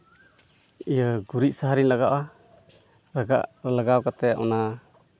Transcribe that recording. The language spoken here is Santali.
ᱤᱭᱟᱹ ᱜᱩᱨᱤᱡ ᱥᱟᱦᱟᱨᱤᱧ ᱞᱟᱜᱟᱣ ᱟᱜᱼᱟ ᱞᱟᱜᱟᱜ ᱞᱟᱜᱟᱣ ᱠᱟᱛᱮᱫ ᱚᱱᱟ